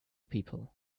people